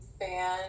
fan